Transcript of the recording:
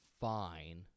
fine